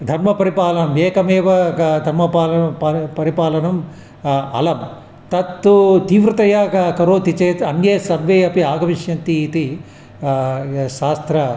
धर्मपरिपालनमेकमेव ग धर्मपालनं पाल परिपालनम् अलं तत्तु तीव्रतया क करोति चेत् अन्ये सर्वे अपि आगमिष्यन्ति इति यः शास्त्रस्य